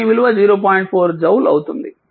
4 joule అవుతుంది